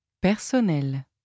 Personnel